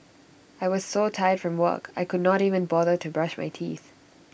I was so tired from work I could not even bother to brush my teeth